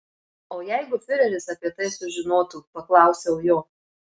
o jeigu fiureris apie tai sužinotų paklausiau jo